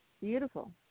Beautiful